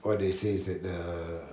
what they say is that err